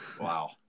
Wow